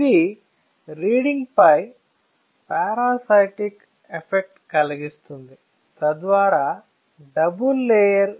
ఇది మొత్తం రీడింగ్ పై parasitic effect కలిగిస్తుంది తద్వారా డబుల్ లేయర్